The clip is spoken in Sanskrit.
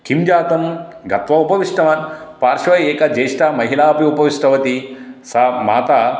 किं जातं गत्वा उपविष्टवान् पार्श्वे एका ज्येष्ठा महिला अपि उपविष्टवती सा माता